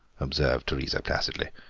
observed teresa placidly